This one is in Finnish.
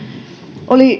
oli